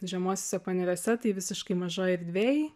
žemuosiuose paneriuose tai visiškai mažoj erdvėj